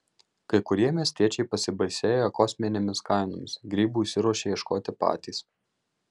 kai kurie miestiečiai pasibaisėję kosminėmis kainomis grybų išsiruošia ieškoti patys